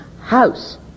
house